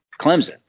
Clemson